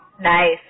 Nice